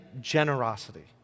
generosity